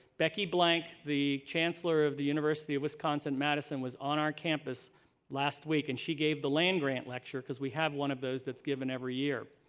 becky blank, the chancellor of the university of wisconsin, madison, was on our campus last week. and she gave the land-grant lecture, because we have one of those given every year.